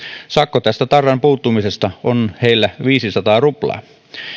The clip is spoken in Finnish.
sakko tästä tarran puuttumisesta on heillä viisisataa ruplaa